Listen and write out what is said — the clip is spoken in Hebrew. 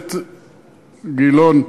הכנסת גילאון.